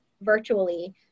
virtually